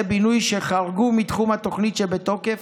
בינוי שחרגו מתחום התוכנית שבתוקף,